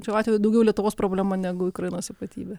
šiuo atveju daugiau lietuvos problema negu ukrainos ypatybė